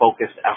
focused